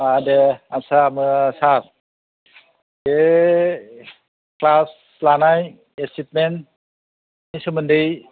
दे आतसा मो सार बे क्लास लानाय एसिबमेन्टनि सोमोन्दै